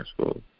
school